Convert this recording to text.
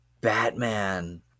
Batman